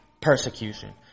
persecution